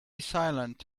silent